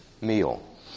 meal